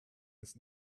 ist